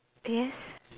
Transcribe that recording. yes